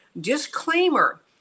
disclaimer